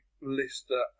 Lister